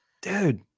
Dude